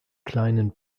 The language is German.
kleinen